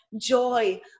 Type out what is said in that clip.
joy